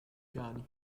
cani